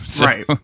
Right